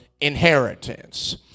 inheritance